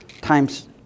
times